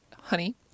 honey